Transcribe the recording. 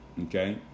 okay